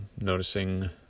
noticing